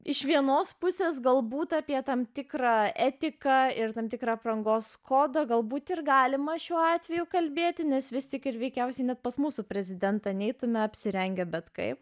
iš vienos pusės galbūt apie tam tikrą etiką ir tam tikrą aprangos kodo galbūt ir galima šiuo atveju kalbėti nes vis tik ir veikiausiai net pas mūsų prezidentą neitumėme apsirengę bet kaip